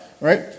right